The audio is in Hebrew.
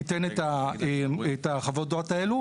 ייתן את חוות העת האלה.